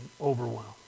overwhelmed